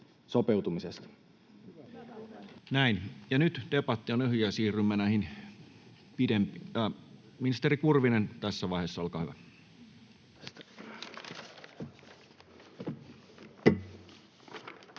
Näin. — Ja nyt debatti on ohi ja siirrymme näihin pidem... — Ministeri Kurvinen tässä vaiheessa, olkaa hyvä. [Speech